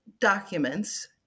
documents